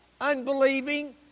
unbelieving